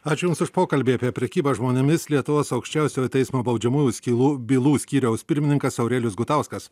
ačiū jums už pokalbį apie prekybą žmonėmis lietuvos aukščiausiojo teismo baudžiamųjų bylų bylų skyriaus pirmininkas aurelijus gutauskas